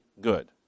good